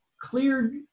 cleared